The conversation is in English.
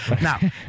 Now